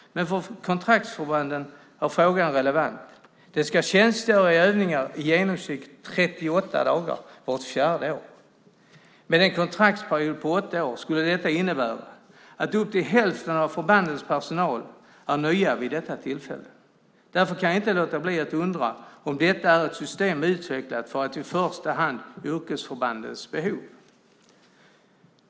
Men för kontraktsförbanden är frågan relevant. De ska tjänstgöra i övningar i genomsnitt 38 dagar vart fjärde år. Med en kontraktsperiod på åtta år skulle detta innebära att upp till hälften av förbandens personal var ny vid detta tillfälle. Därför kan jag inte låta bli att undra om detta är ett system utvecklat för i första hand yrkesförbandens behov.